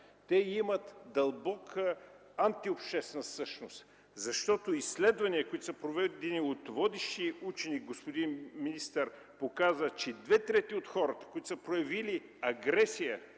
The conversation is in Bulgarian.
Те имат дълбока антиобществена същност. Изследвания, които са проведени от водещи учени, господин министър, показват, че две трети от хората, които са проявили агресия